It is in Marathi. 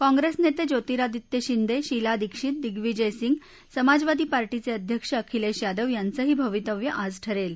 काँग्रेस नेते ज्योतिरादित्य शिंदे शीला दीक्षित दिग्विजय सिंह समाजवादी पार्टीचे अध्यक्ष अखिलेश यादव यांचंही भवितव्य आज ठरेल